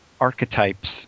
archetypes